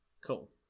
Cool